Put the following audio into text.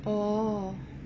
orh